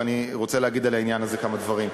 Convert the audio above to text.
ואני רוצה להגיד על העניין הזה כמה דברים.